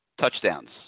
touchdowns